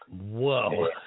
Whoa